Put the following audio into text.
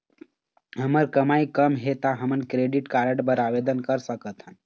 हमर कमाई कम हे ता हमन क्रेडिट कारड बर आवेदन कर सकथन?